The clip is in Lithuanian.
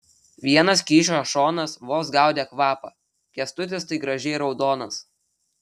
vienas kyšio šonas vos gaudė kvapą kęstutis tai gražiai raudonas